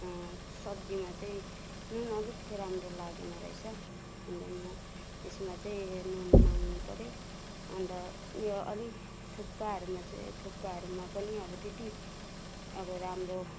सब्जीमा चाहिँ नुन अलिक राम्रो लागेन रहेछ अन्त म यसमा चाहिँ नुन माग्नुपऱ्यो अन्त यो अलि थुक्पाहरूमा चाहिँ थुक्पाहरूमा पनि अब त्यति अब राम्रो